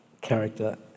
character